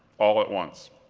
all at once.